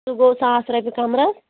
سُہ گوٚو ساس رۄپیہِ کَمرَس